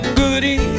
goody